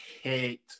hate